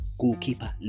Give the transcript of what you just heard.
goalkeeper